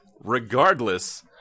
Regardless